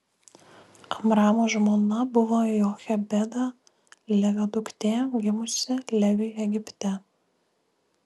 amramo žmona buvo jochebeda levio duktė gimusi leviui egipte